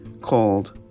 called